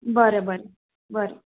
बरें बरें बरें